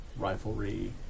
riflery